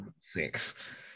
six